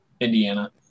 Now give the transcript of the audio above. Indiana